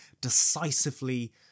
decisively